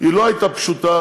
לא הייתה פשוטה,